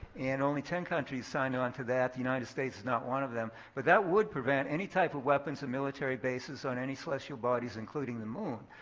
and only ten countries signed on to that. the united states is not one of them, but that would prevent any type of weapons and military bases on any celestial bodies, including the moon.